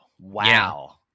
Wow